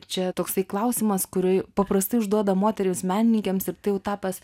čia toksai klausimas kurį paprastai užduoda moterims menininkėms ir jau tapęs